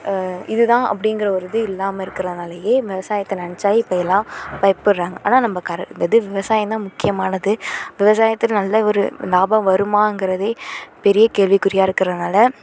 இது தான் அப்படிங்கிற ஒரு இது இல்லாமல் இருக்கிறனாலையே நம்ம விவசாயத்தை நினைச்சாவே இப்போ இதெல்லாம் பயப்பட்றாங்க ஆனால் நம்ம கர இது விவசாயம் தான் முக்கியமானது விவசாயத்தில் நல்ல ஒரு லாபம் வருமாங்கிறதே பெரிய கேள்விக்குறியாக இருக்கிறனால